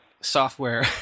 software